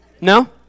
No